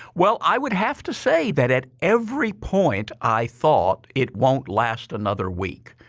well, i would have to say that at every point, i thought it won't last another week.